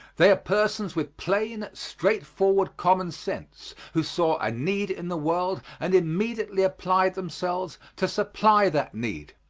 they are persons with plain, straightforward common sense, who saw a need in the world and immediately applied themselves to supply that need.